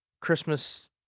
Christmas